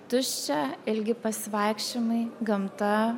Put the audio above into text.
tuščia ilgi pasivaikščiojimai gamta